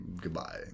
goodbye